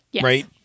Right